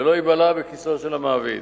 ולא ייבלע בכיסו של המעביד.